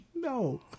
No